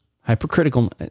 hypercritical